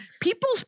People